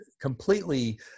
completely